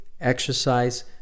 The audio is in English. exercise